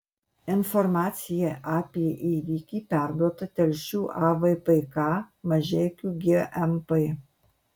informacija apie įvykį perduota telšių avpk mažeikių gmp